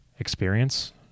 experience